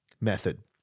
method